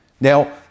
Now